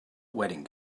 wedding